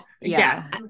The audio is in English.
yes